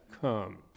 come